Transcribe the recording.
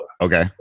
Okay